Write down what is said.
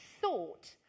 thought